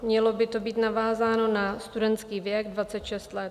Mělo by to být navázáno na studentský věk 26 let.